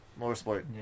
motorsport